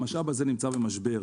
המשאב הזה נמצא במשבר.